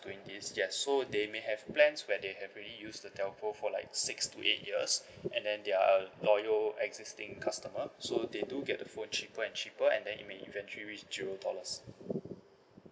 doing this yes so they may have plans where they have already use the telco for like six to eight years and then their loyal existing customer so they do get the phone cheaper and cheaper and then it may eventually reached zero dollars